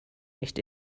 nicht